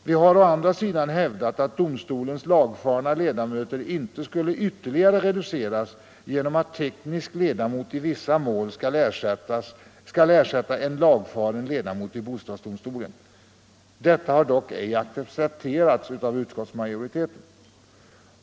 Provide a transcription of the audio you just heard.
Vi har å andra sidan hävdat, att antalet lagfarna ledamöter i domstolen inte ytterligare bör reduceras genom att teknisk ledamot i vissa mål skulle ersätta en lagfaren ledamot i bostadsdomstolen. Detta har dock inte accepterats av utskottsmajoriteten.